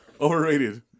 Overrated